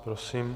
Prosím.